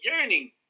yearning